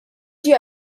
ġie